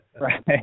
Right